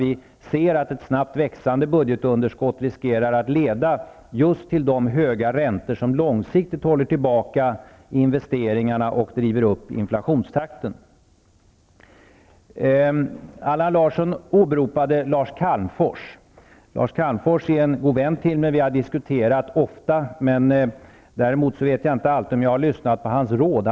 Vi ser att ett snabbt växande budgetunderskott riskerar att leda till just de höga räntor som långsiktigt håller tillbaka investeringarna och driver upp inflationstakten. Calmfors är en god vän till mig, och vi har diskuterat ofta. Däremot har jag kanske inte alltid lyssnat till hans råd.